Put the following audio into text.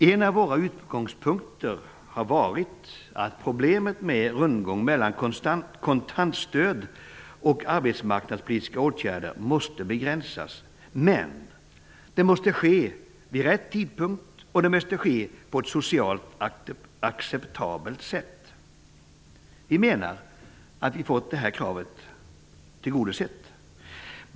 En av våra utgångspunkter har varit att problemet med rundgång mellan kontantstöd och arbetsmarknadspolitiska åtgärder måste begränsas, men det måste ske vid rätt tidpunkt, och det måste ske på ett socialt acceptabelt sätt. Vi menar att vi har fått detta krav tillgodosett.